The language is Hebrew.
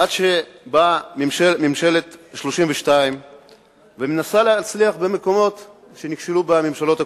עד שבאה הממשלה ה-32 ומנסה להצליח במקומות שנכשלו בהם הממשלות הקודמות.